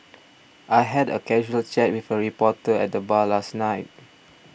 I had a casual chat with a reporter at the bar last night